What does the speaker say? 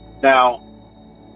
Now